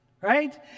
Right